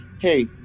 hey